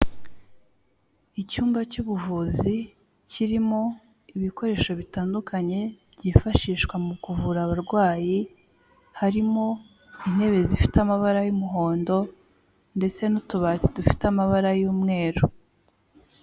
Icyumba cy'ubuvuzi kirimo ibikoresho bitandukanye byifashishwa mu kuvura abarwayi, harimo intebe zifite amabara y'umuhondo ndetse n'utubati dufite amabara y'umweru.